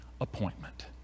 appointment